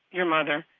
your mother.